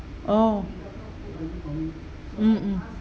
oh mm mm